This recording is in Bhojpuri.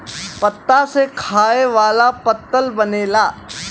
पत्ता से खाए वाला पत्तल बनेला